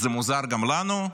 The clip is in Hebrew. זה מוזר גם לנו,